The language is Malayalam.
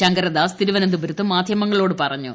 ശങ്കരദാസ് തിരുവനന്തപുരത്ത് മാധ്യമങ്ങളോട് പറഞ്ഞു